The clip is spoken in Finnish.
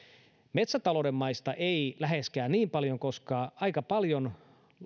metsätalouden maista ei läheskään niin paljon koska aika paljon